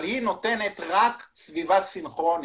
אבל היא נותנת רק סביבה סינכרונית,